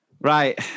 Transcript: Right